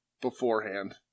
beforehand